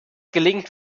gelingt